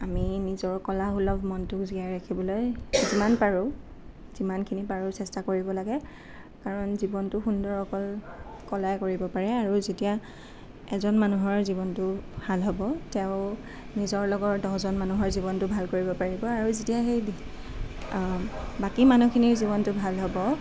আমি নিজৰ কলা সুলভ মনটো জিয়াই ৰাখিবলৈ যিমান পাৰোঁ যিমানখিনি পাৰোঁ চেষ্টা কৰিব লাগে কাৰণ জীৱনটো সুন্দৰ অকল কলাই কৰিব পাৰে আৰু যেতিয়া এজন মানুহৰ জীৱনটো ভাল হ'ব তেওঁ নিজৰ লগৰ দহজন মানুহৰ জীৱনটো ভাল কৰিব পাৰিব আৰু যেতিয়া সেই বাকী মানুহখিনি জীৱনটো ভাল হ'ব